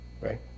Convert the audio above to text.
right